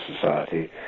Society